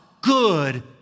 good